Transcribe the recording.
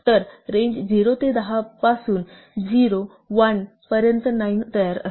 तर रेंज 0 ते 10 पासून 0 1 पर्यंत 9 तयार करते